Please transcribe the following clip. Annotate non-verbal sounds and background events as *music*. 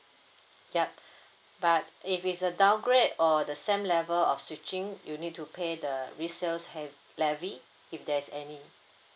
yup *breath* but if it's a downgrade or the same level of switching you need to pay the resales have levy if there's any